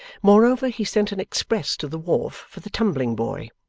moreover, he sent an express to the wharf for the tumbling boy,